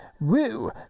Woo